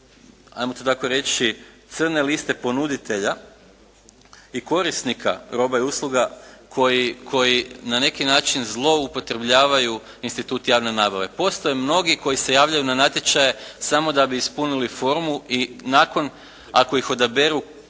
ajmo to tako reći crne liste ponuditelja i korisnika robe i usluga koji na neki način zloupotrebljavaju institut javne nabave. Postoje mnogi koji se javljaju na natječaje samo da bi ispunili formu i nakon, ako ih odaberu